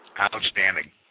Outstanding